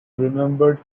remembered